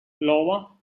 iowa